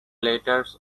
letters